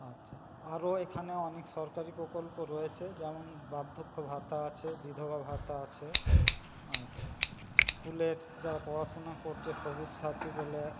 আচ্ছা আরও এখানে অনেক সরকারি প্রকল্প রয়েছে যেমন বার্ধক্য ভাতা আছে বিধবা ভাতা আছে আচ্ছা স্কুলের যারা পড়াশুনা করছে সবুজ সাথি বলে